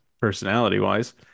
personality-wise